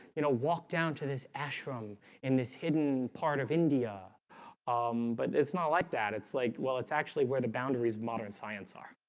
you know walk down to this ashram in this hidden part of india um but it's not like that. it's like well, it's actually where the boundaries of modern science are